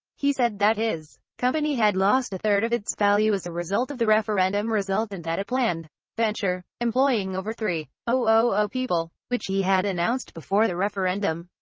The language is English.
he said that his company had lost a third of its value as a result of the referendum result and that a planned venture, employing over three thousand people, which he had announced before the referendum,